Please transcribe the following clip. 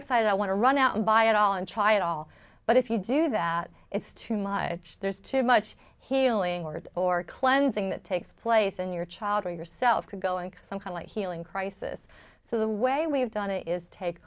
excited i want to run out and buy it all and try it all but if you do that it's too much there's too much healing ordered or cleansing that takes place in your child or yourself could go in some kind of healing crisis so the way we have done is take